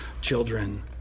children